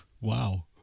Wow